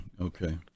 okay